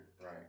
Right